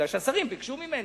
כי השרים ביקשו ממני.